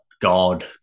God